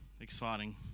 Exciting